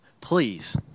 please